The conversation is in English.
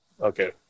Okay